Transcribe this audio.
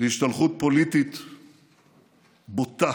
להשתלחות פוליטית בוטה,